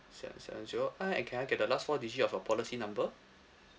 seven seven zero I and can I get the last four digit of your policy number